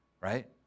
right